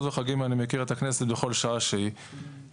וחגים אני מכיר את הכנסת בכל שעה שהיא.